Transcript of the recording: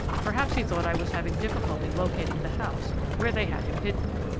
perhaps he thought i was having difficulty locating the house where they had him hidden.